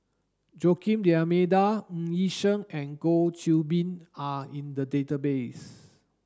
Joaquim D'almeida Ng Yi Sheng and Goh Qiu Bin are in the database